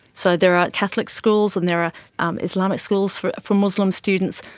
so there are catholic schools and there are um islamic schools for for muslim students,